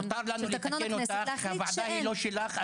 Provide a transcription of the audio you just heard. מותר לנו לתקן אותך ולהגיד שהוועדה היא לא שלך.